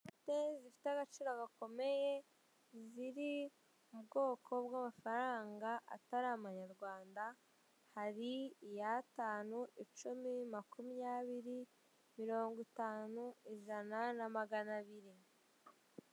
Inote zifite agaciro gakomeye ziri mu bwoko bw'amafaranga atari amanyarwanda hari iy'atanu, icumi, makumyabiri, mirongo itanu, ijana, na magana abiri.